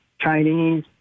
Chinese